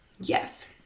yes